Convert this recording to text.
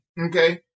Okay